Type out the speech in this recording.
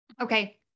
Okay